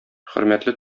хөрмәтле